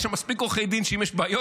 יש שם מספיק עורכי דין כך שאם יש בעיות,